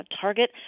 target